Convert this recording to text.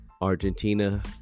Argentina